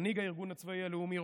מנהיג הארגון הצבאי הלאומי,